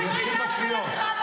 לא לפחד מהדמוקרטיה.